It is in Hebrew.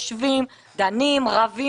רבים,